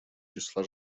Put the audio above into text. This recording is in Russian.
числа